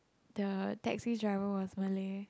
the taxi driver was Malay